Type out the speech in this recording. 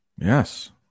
yes